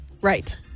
Right